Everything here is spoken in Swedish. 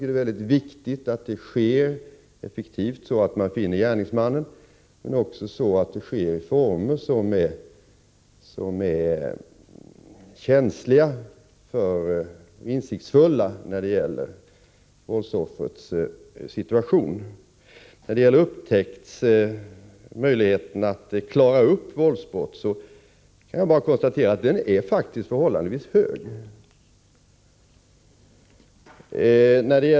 Det är viktigt att det sker effektivt, så att man finner gärningsmannen, men också att det sker i former som är insiktsfulla när det gäller Beträffande möjligheterna att klara upp våldsbrott kan jag bara konstatera att uppklarningsprocenten faktiskt är förhållandevis hög.